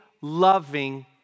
loving